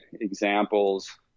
examples